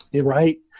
right